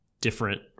different